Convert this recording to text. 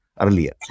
earlier